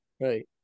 right